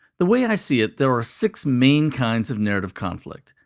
the way i see it, there are six main kinds of narrative conflict.